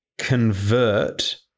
convert